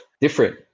Different